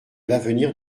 l’avenir